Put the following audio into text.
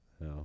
No